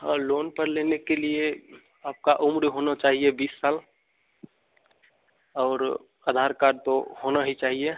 हाँ लोन पर लेने के लिए आपका उम्र होना चाहिए बीस साल और आधार कार्ड तो होना ही चाहिए